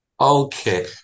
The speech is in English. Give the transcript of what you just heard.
Okay